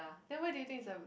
then where do you think is a